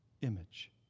image